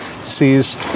sees